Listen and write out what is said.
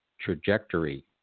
trajectory